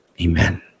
amen